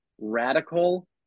radical